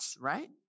right